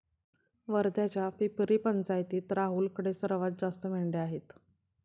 वर्ध्याच्या पिपरी पंचायतीत राहुलकडे सर्वात जास्त मेंढ्या आहेत